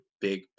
big